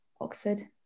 Oxford